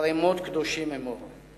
"אחרי מות קדושים אמור".